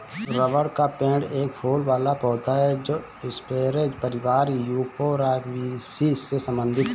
rubber का पेड़ एक फूल वाला पौधा है जो स्परेज परिवार यूफोरबियासी से संबंधित है